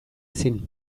ezin